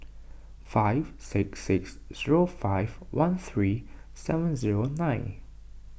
five six six zero five one three seven zero nine